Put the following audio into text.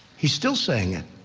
he's still saying it.